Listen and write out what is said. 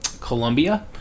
Colombia